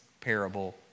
parable